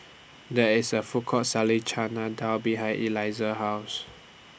There IS A Food Court Selling Chana Dal behind Eliza's House